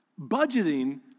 budgeting